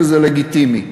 וזה לגיטימי.